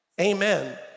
Amen